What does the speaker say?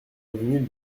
avenue